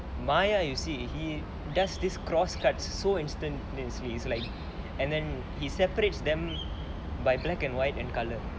maya you see he does this cross cuts so instantaneously it's like and then he separates them by black and white in colour